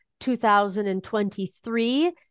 2023